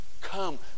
Come